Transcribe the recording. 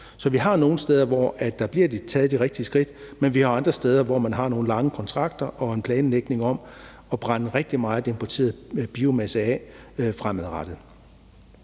Så vi har nogle steder, hvor der bliver taget de rigtige skridt, men vi har jo andre steder, hvor man har nogle lange kontrakter og en planlægning om at brænde rigtig meget importeret biomasse af fremadrettet.